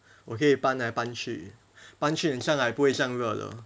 我可以搬来搬去搬去很像不会这样热的